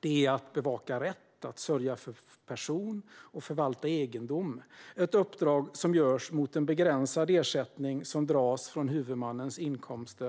Det handlar om att bevaka rätt, att sörja för person och att förvalta egendom. Det är ett uppdrag som utförs mot en begränsad ersättning, som dras från huvudmannens inkomster.